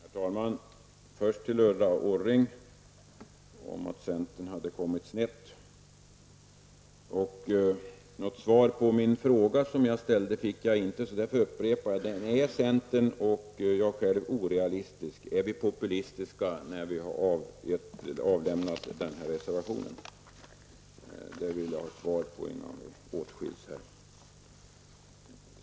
Herr talman! Först några ord till Ulla Orring med anledning av att hon sade att centern hade kommit snett. Jag fick inte något svar på den fråga som jag ställde. Därför upprepar jag frågan: Är centern och jag orealistiska, är vi populistiska eftersom vi har skrivit den här reservationen? Jag vill ha svar på den frågan innan vi åtskils.